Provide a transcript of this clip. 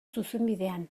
zuzenbidean